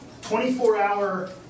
24-hour